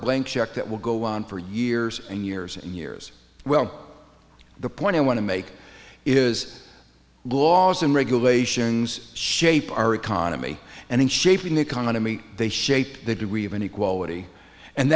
blank check that will go on for years and years and years well the point i want to make is laws and regulations shape our economy and in shaping the economy they shape the do we have any quality and